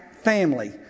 family